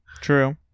True